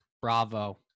bravo